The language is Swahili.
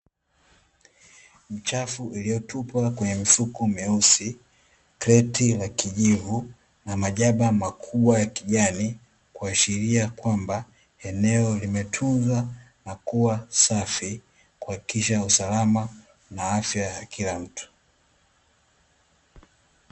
Uchafu uliotupwa kwenye mifuko myeusi, kreti la kijivu, madiaba makubwa la kujani, kuashiria kwamba eneo limetunzwa na kuwa safi kuhakikisha usalama na afya ya kila mtu.